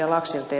te ed